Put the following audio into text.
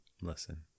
listen